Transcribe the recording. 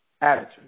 Attitude